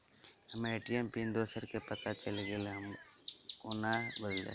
हम्मर ATM PIN दोसर केँ पत्ता चलि गेलै, हम ओकरा कोना बदलबै?